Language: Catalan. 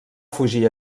fugir